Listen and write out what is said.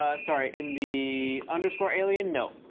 ah sorry, in the underscore alien? no.